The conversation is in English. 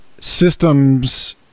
systems